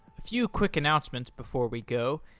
a few quick announcements before we go.